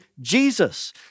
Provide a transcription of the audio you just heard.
Jesus